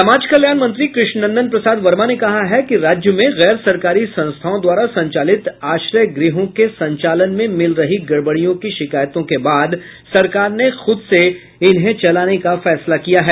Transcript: समाज कल्याण मंत्री कृष्णनंदन प्रसाद वर्मा ने कहा है कि राज्य में गैर सरकारी संस्थाओं द्वारा संचालित आश्रय गृहों के संचालन में मिल रही गड़बड़ियों की शिकायतों के बाद सरकार ने खुद से इनको चलाने का फैसला किया है